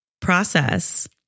process